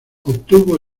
obtuvo